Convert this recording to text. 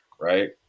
Right